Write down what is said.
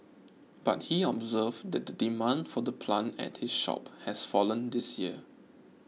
but he observed that the demand for the plant at his shop has fallen this year